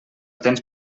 tens